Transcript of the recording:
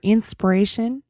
Inspiration